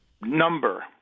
number